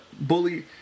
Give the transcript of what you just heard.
bully